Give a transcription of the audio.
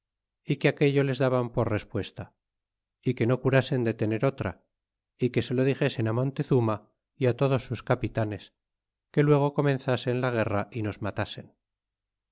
é que aquello les daban por respuesta é que no curasen de tener otra e que se lo dixesen á montczuma y á todos sus capitanes que luego comenzasen la guerra y nos matasen